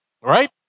Right